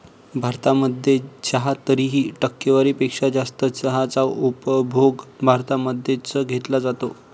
भारतामध्ये चहा तरीही, टक्केवारी पेक्षा जास्त चहाचा उपभोग भारतामध्ये च घेतला जातो